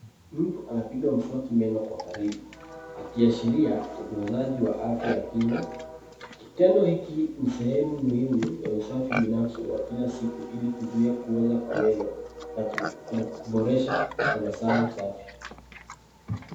Mtu anapiga mswaki meno kwa karibu akiashiria utunzaji wa afya ya kinywa . Tendo hiki ni sehemu muhimu ya usafi binafsi ya kila siku ili kuzuia kuoza kwa meno na kuboresha tabasamu safi.